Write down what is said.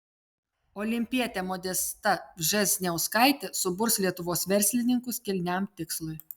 olimpietė modesta vžesniauskaitė suburs lietuvos verslininkus kilniam tikslui